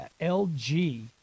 LG